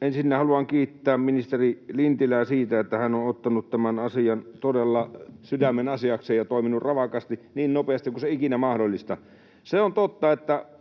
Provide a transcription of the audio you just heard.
Ensinnä haluan kiittää ministeri Lintilää siitä, että hän on ottanut tämän asian todella sydämenasiakseen ja toiminut ravakasti, niin nopeasti kuin se ikinä on mahdollista. Se on totta, että